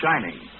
shining